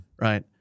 right